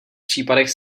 případech